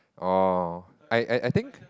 oh I I think